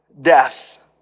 death